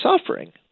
suffering